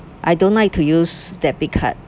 I don't like to use debit card